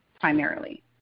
primarily